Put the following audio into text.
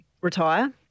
retire